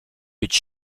być